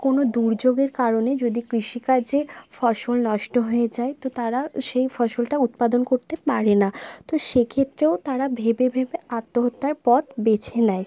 কোনও দুর্যোগের কারণে যদি কৃষিকাজে ফসল নষ্ট হয়ে যায় তো তারা সেই ফসলটা উৎপাদন করতে পারে না তো সেক্ষেত্রেও তারা ভেবেভেবে আত্মহত্যার পথ বেছে নেয়